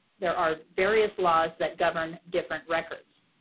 there are various laws that govern different records.